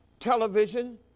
Television